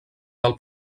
del